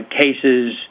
cases